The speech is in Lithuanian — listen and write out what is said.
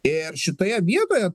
ir šitoje vietoje